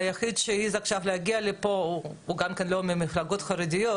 היחיד שהעז עכשיו להגיע לפה הוא גם כן לא ממפלגות חרדיות,